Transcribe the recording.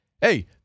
Hey